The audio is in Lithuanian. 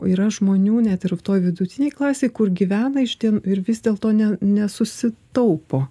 yra žmonių net ir toj vidutinėj klasėj kur gyvena iš ir vis dėlto ne nesusitaupo